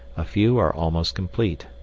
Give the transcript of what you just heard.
a few are almost complete.